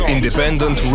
Independent